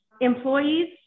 Employees